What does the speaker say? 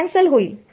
cancel होईल